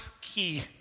key